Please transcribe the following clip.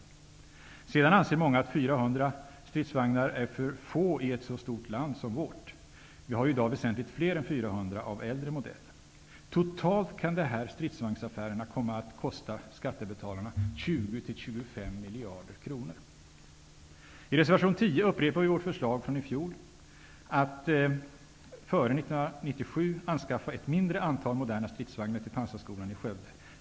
Många anser att 400 nya stridsvagnar är för få i ett land så stort som vårt. Vi har ju i dag väsentligt fler än 400 av äldre modell. Totalt kan dessa stridsvagnsaffärer komma att kosta skattebetalarna I reservation 10 upprepar vi vårt förslag från i fjol att man före 1997 skall anskaffa ett mindre antal moderna stridsvagnar till pansarskolan i Skövde.